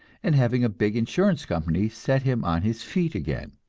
and having a big insurance company set him on his feet again.